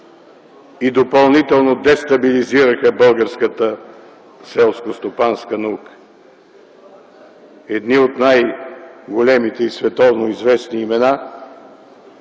и допълнително дестабилизираха българската селскостопанска наука. Едни от най-големите и световно известни имена